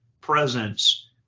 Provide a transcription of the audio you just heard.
presence